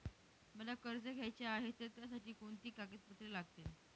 मला कर्ज घ्यायचे आहे तर त्यासाठी कोणती कागदपत्रे लागतील?